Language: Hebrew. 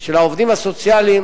של העובדים הסוציאליים